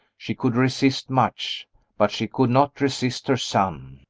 she could resist much but she could not resist her son.